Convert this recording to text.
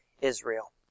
Israel